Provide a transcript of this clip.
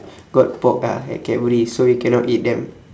got pork ah at cadbury so we cannot eat them